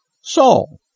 Saul